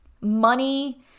money